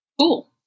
Cool